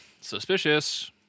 Suspicious